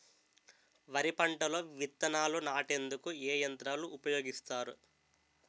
వరి పంటలో విత్తనాలు నాటేందుకు ఏ యంత్రాలు ఉపయోగిస్తారు?